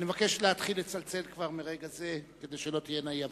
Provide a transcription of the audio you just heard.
אני מבקש להתחיל לצלצל כבר מרגע זה כדי שלא תהיינה אי-הבנות.